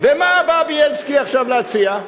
ומה בא בילסקי עכשיו להציע?